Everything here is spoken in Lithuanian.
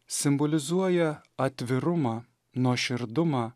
simbolizuoja atvirumą nuoširdumą